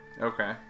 Okay